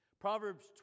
Proverbs